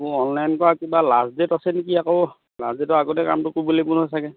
অঁ অনলাইন কৰা কিবা লাষ্ট ডেট আছে নেকি আকৌ লাষ্ট ডেটৰ আগতে কামটো কৰিব লাগিব নহয় চাগৈ